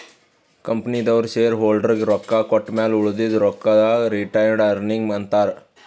ಕಂಪನಿದವ್ರು ಶೇರ್ ಹೋಲ್ಡರ್ಗ ರೊಕ್ಕಾ ಕೊಟ್ಟಮ್ಯಾಲ ಉಳದಿದು ರೊಕ್ಕಾಗ ರಿಟೈನ್ಡ್ ಅರ್ನಿಂಗ್ ಅಂತಾರ